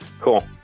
cool